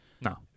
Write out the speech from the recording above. no